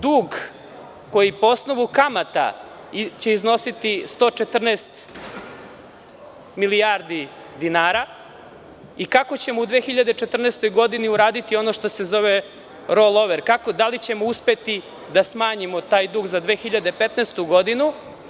Dug koji po osnovu kamata će iznositi 114 milijardi dinara i kako ćemo u 2014. godini uraditi ono što se zove „rolover“, da li ćemo uspeti da smanjimo taj dug za 2015. godinu.